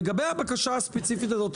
לגבי הבקשה הספציפית הזאת.